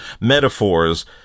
metaphors